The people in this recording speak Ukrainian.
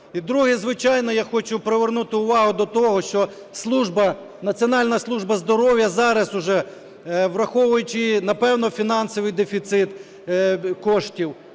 друге. Звичайно, я хочу привернути увагу до того, що служба, Національна служба здоров'я зараз уже, враховуючи, напевно, фінансовий дефіцит коштів,